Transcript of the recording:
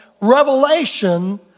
revelation